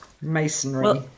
Masonry